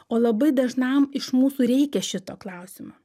o labai dažnam iš mūsų reikia šito klausimo